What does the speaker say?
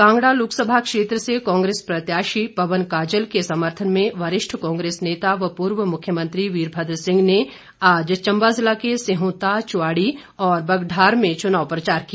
कांगड़ा लोकसभा क्षेत्र से कांग्रेस प्रत्याशी पवन काजल के समर्थन में वरिष्ठ कांग्रेस नेता व पूर्व मुख्यमंत्री वीरभद्र सिंह ने आज चंबा जिला के सिहंता चुवाड़ी और बगढार में चुनाव प्रचार किया